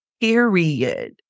period